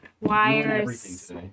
Wires